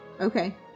okay